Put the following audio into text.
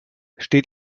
steht